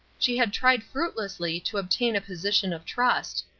she had tried fruitlessly to obtain a position of trust.